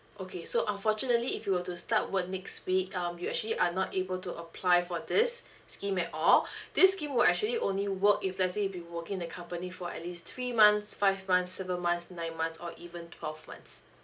okay so unfortunately if you were to start work next week um you actually are not able to apply for this scheme at all this scheme will actually only work if let's say if you working in the company for at least three months five months seven months nine months or even twelve months